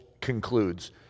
concludes